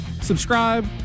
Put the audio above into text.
subscribe